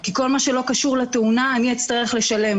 כי כל מה שלא קשור לתאונה אני אצטרך לשלם,